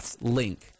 link